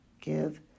Give